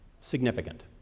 significant